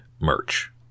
merch